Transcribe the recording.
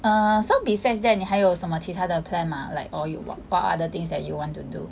err so besides that 你还有什么其他的 plan mah like or you what other things that you want to do